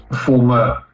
former